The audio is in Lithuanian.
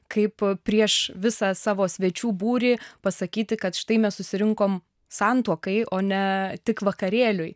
kaip prieš visą savo svečių būrį pasakyti kad štai mes susirinkom santuokai o ne tik vakarėliui